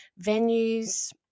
venues